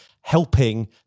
helping